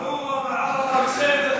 מה עם רהט וחורה וערערה וכסייפה?